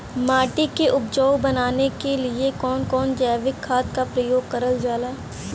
माटी के उपजाऊ बनाने के लिए कौन कौन जैविक खाद का प्रयोग करल जाला?